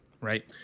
Right